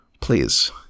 Please